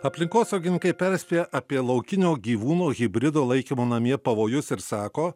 aplinkosaugininkai perspėja apie laukinio gyvūno hibrido laikymo namie pavojus ir sako